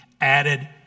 added